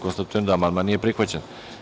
Konstatujem da amandman nije prihvaćen.